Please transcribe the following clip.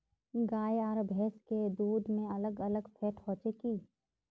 गाय आर भैंस के दूध में अलग अलग फेट होचे की?